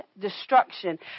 destruction